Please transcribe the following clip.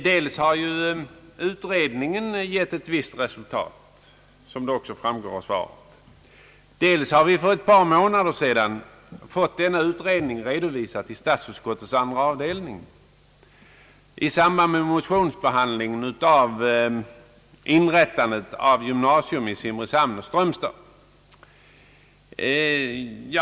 Dels har utredningen gett ett visst resultat, såsom även framgår av svaret, dels har vi för ett par månader sedan fått denna utredning redovisad till statsutskottets andra avdelning i samband med behandlingen av motionerna om inrättande av gymnasier i Simrishamn och Strömstad.